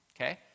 okay